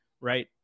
Right